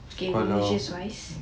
okay religious wise